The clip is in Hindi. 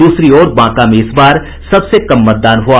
दूसरी ओर बांका में इस बार सबसे कम मतदान हुआ